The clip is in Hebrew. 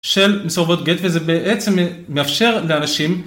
של מסורבות גט וזה בעצם מאפשר לאנשים.